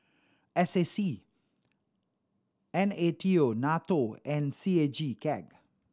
S A C N A T O NATO and C A G CAG